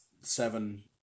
seven